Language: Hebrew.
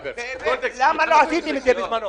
------ למה לא עשיתם את זה בזמנו?